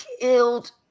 killed